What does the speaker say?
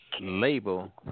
label